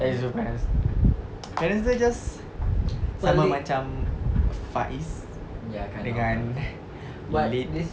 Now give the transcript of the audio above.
her parents parents dia just sama macam faiz dengan lid